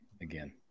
again